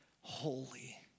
holy